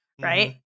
right